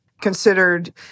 considered